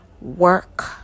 work